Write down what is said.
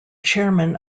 chairman